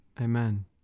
Amen